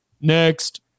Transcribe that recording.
Next